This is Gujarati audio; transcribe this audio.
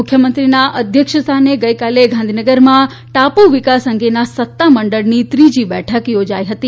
મુખ્યમંત્રીશ્રીના અધ્યક્ષસ્થાને ગઇકાલે ગાંધીનગરમાં ટાપુ વિકાસ અંગેના સત્તામંડળની ત્રીજી બેઠક યોજાઇ ગઈ